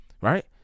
right